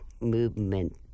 movement